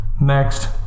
Next